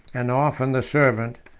and often the servant,